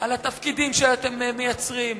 על התפקידים שאתם מייצרים,